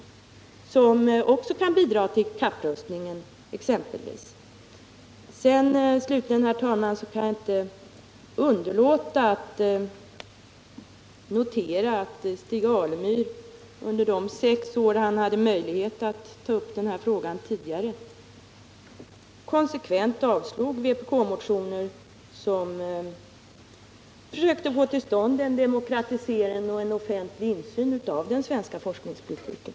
Även den forskningen kan bidra till exempelvis kapprustningen. Slutligen, herr talman, kan jag inte underlåta att notera att Stig Alemyr under de sex år han hade möjlighet att ta upp denna fråga konsekvent medverkade till att avslå vpk-motioner som försökte få till stånd en demokratisering av och en offentlig insyn i den svenska forskningspolitiken.